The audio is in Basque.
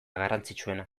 garrantzitsuena